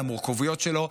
על המורכבות שלו,